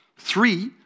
Three